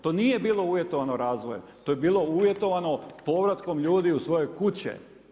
To nije bilo uvjetovano razvojem, to je bilo uvjetovano povratkom ljudi u svoje kuće.